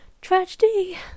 tragedy